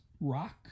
rock